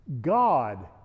God